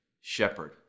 shepherd